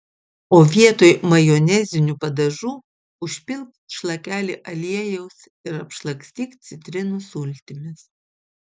o vietoj majonezinių padažų užpilk šlakelį aliejaus ir apšlakstyk citrinų sultimis